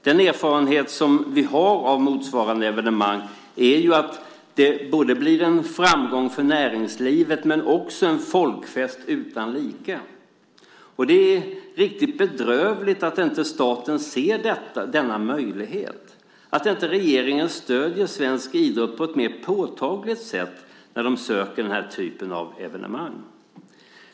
Den erfarenhet som vi har av motsvarande evenemang är att det blir både en framgång för näringslivet och en folkfest utan like. Det är riktigt bedrövligt att staten inte ser denna möjlighet, att regeringen inte stöder svensk idrott på ett mer påtagligt sätt när de ansöker om den här typen av evenemang.